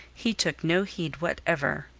he took no heed whatever.